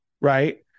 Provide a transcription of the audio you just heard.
right